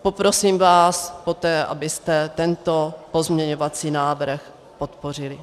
Poprosím vás poté, abyste tento pozměňovací návrh podpořili.